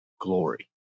glory